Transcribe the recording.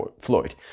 Floyd